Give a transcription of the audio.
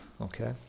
okay